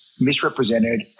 misrepresented